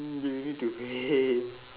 mm you need to wait